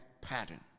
pattern